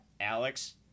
Alex